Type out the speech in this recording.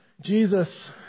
Jesus